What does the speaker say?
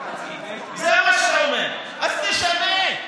אז תשנה.